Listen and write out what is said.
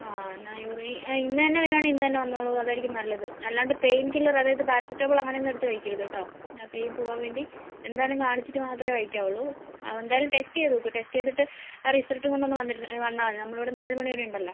ആ എന്നാൽ യൂറിൻ ഇന്ന് തന്നെ വരുവാണെങ്കിൽ ഇന്ന് തന്നെ വന്നോളൂ അതായിരിക്കും നല്ലത് അല്ലാണ്ട് പെയിൻ കില്ലർ അതായത് പാരസെറ്റാമോൾ അങ്ങനെയൊന്നും എടുത്ത് കഴിക്കരുത് കേട്ടോ പെയിൻ പോവാൻ വേണ്ടി എന്തായാലും കാണിച്ചിട്ട് മാത്രമേ കഴിക്കാവുള്ളൂ എന്തായാലും ടെസ്റ്റ് ചെയ്ത് നോക്കൂ ടെസ്റ്റ് ചെയ്തിട്ട് ആ റിസൾട്ടും കൊണ്ടൊന്ന് വന്ന് വന്നാൽ മതി നമ്മളിവിടെ നാല് മണി വരെ ഉണ്ടല്ലോ